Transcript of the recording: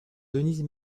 denise